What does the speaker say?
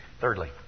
Thirdly